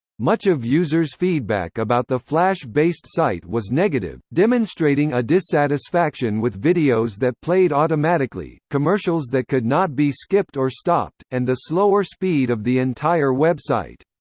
much of users' feedback about the flash-based site was negative, demonstrating a dissatisfaction with videos that played automatically, commercials that could not be skipped or stopped, and the slower speed of the entire website.